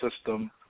system